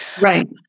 Right